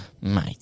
mate